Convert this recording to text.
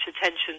attention